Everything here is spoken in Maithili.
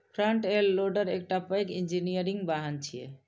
फ्रंट एंड लोडर एकटा पैघ इंजीनियरिंग वाहन छियै